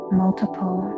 multiple